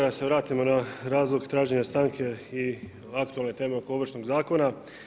Da se vratimo na razlog traženja stanke i aktualne teme oko Ovršnog zakona.